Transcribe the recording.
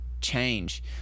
change